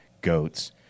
goats